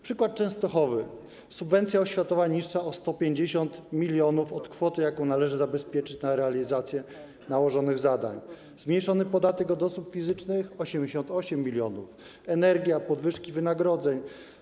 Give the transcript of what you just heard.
Przykład Częstochowy: subwencja oświatowa niższa o 150 mln od kwoty, jaką należy zabezpieczyć na realizację nałożonych zadań, zmniejszony podatek od osób fizycznych - 88 mln, do tego dochodzi koszt energii, podwyżek wynagrodzeń.